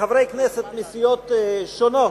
שחברי כנסת מסיעות שונות,